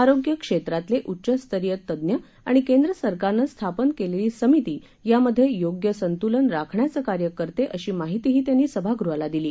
आरोग्य क्षेत्रातले उच्चस्तरीय तज्ज्ञ आणि केंद्र सरकारनं स्थापन केलेली समिती यामध्ये योग्य संतुलन राखण्याचं कार्य करते अशी माहितीही त्यांनी सभागृहाला दिली